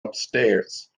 upstairs